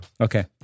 Okay